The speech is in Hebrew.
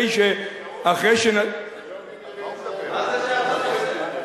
מה זה שייך לנושא?